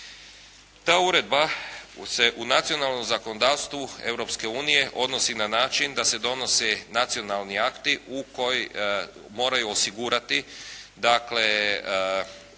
Ta uredba u nacionalnom zakonodavstvu Europske unije odnosi na način da se donose nacionalni akti u koji moraju osigurati dakle